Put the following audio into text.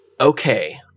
Okay